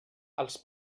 els